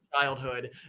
childhood